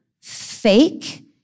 fake